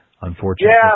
unfortunately